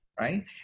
right